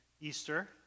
Easter